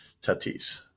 Tatis